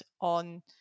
on